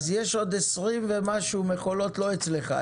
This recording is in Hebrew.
אז יש עוד 20 ומשהו מכולות לא אצלך.